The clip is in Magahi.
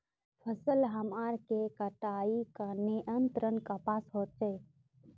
फसल हमार के कटाई का नियंत्रण कपास होचे?